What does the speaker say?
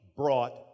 brought